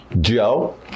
Joe